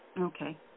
Okay